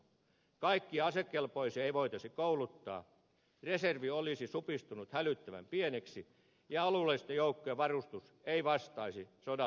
kaikkia asekelpoisia ei voitaisi kouluttaa reservi olisi supistunut hälyttävän pieneksi ja alueellisten joukkojen varustus ei vastaisi sodan ajan tehtäviä